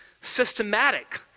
systematic